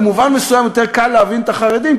במובן מסוים יותר קל להבין את החרדים,